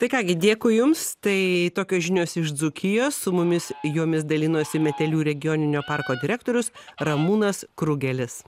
tai ką gi dėkui jums tai tokios žinios iš dzūkijos su mumis jomis dalinosi metelių regioninio parko direktorius ramūnas krugelis